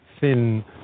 thin